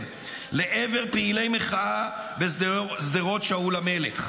לעבר פעילי מחאה בשדרות שאול המלך.